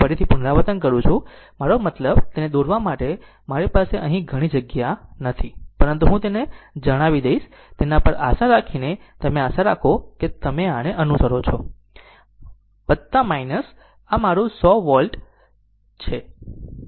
હું ફરીથી પુનરાવર્તન કરું છું મારો મતલબ તેને દોરવા માટે મારી પાસે અહીં ઘણી જગ્યા નથી પરંતુ ફક્ત હું તમને જણાવી દઈશ તેના પર આશા રાખીને તમે આશા રાખશો કે તમે આને અનુસરો છો આ મારું 100 વોલ્ટ છે